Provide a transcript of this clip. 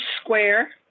square